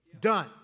Done